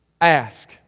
ask